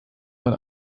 man